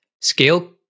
scale